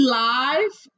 live